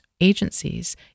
agencies